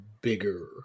bigger